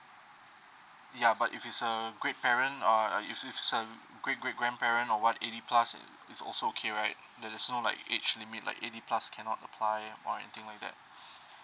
ya but if it's a great parent or if it's a great great grandparent or what eighty plus it it's also okay right there there's no like age limit like eighty plus cannot apply or anything like that